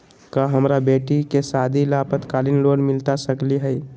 का हमरा बेटी के सादी ला अल्पकालिक लोन मिलता सकली हई?